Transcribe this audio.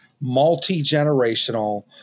multi-generational